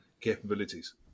capabilities